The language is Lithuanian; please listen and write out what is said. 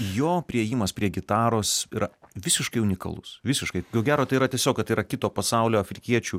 jo priėjimas prie gitaros yra visiškai unikalus visiškai ko gero tai yra tiesiog kad tai yra kito pasaulio afrikiečių